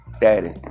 Daddy